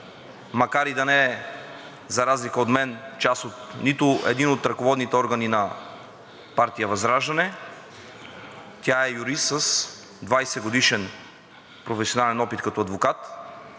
Макар и да не е, за разлика от мен, част от нито един от ръководните органи на партия ВЪЗРАЖДАНЕ, тя е юрист с 20-годишен професионален опит като адвокат.